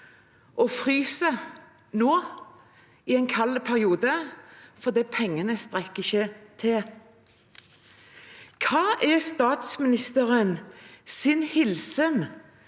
og fryser nå i denne kalde perioden fordi pengene ikke strekker til. Hva er statsministerens hilsen